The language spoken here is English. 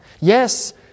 Yes